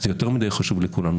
זה יותר מדי חשוב לכולנו.